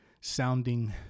sounding